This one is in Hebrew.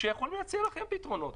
שיכולים להציע לכם פתרונות,